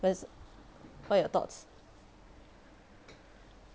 what's what your thoughts